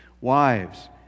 Wives